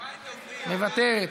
מוותרת,